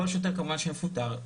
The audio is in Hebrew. כל שוטר כמובן שמפוטר,